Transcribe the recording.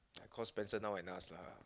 I call Spencer now and ask lah